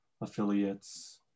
affiliates